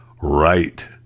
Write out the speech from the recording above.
Right